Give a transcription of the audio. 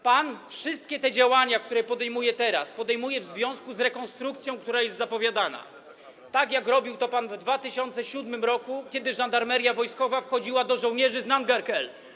Pan wszystkie te działania, które teraz podejmuje, podejmuje w związku z rekonstrukcją, która jest zapowiadana, tak jak robił to pan w 2007 r., kiedy Żandarmeria Wojskowa wchodziła do żołnierzy z Nangar Khel.